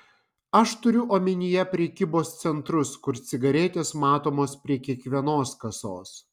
aš turiu omenyje prekybos centrus kur cigaretės matomos prie kiekvienos kasos